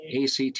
ACT